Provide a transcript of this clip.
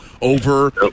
over